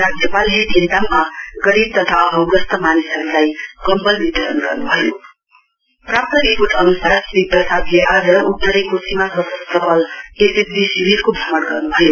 राज्यपालले देन्ताममा गरीब तथा अभावग्रस्त मानिसहरूलाई कम्बल वितरण गर्नु भयो प्राप्त रिपोर्ट अनुसार श्री प्रसादले आज उत्तरे को सीमा सशस्त्र बल एसएसबी शिविरको भ्रमण गर्नु भयो